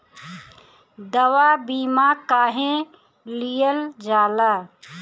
दवा बीमा काहे लियल जाला?